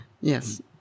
Yes